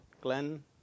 Glenn